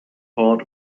part